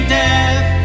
death